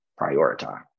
prioritize